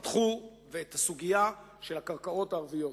פתחו את הסוגיה של הקרקעות הערביות.